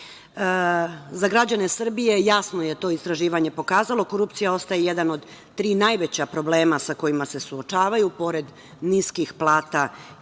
građane Srbije jasno je to istraživanje pokazalo, korupcija ostaje jedan od tri najveća problema sa kojima se suočavaju, pored niskih plata i